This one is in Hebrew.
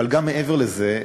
אבל גם מעבר לזה,